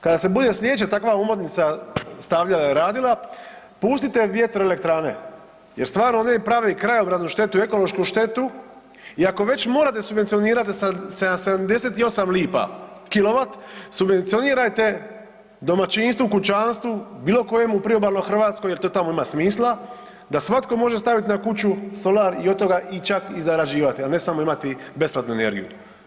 Kada se bude slijedeća takva omotnica stavljala i radila, pustite vjetroelektrane jer stvarno one prave i krajobraznu štetu i ekološku štetu i ako već morate subvencionirati sa 78 lipa kW, subvencionirajte domaćinstvu, kućanstvu bilo kojem u priobalnoj Hrvatskoj jer to tamo ima smisla da svatko može staviti na kuću solar i od toga čak i zarađivati, a ne samo imati besplatnu energiju.